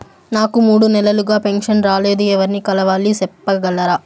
నాకు మూడు నెలలుగా పెన్షన్ రాలేదు ఎవర్ని కలవాలి సెప్పగలరా?